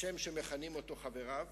השם שמכנים אותו חבריו